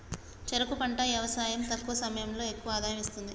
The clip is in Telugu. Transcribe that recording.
చెరుకు పంట యవసాయం తక్కువ సమయంలో ఎక్కువ ఆదాయం ఇస్తుంది